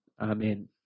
Amen